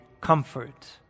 comfort